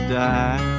die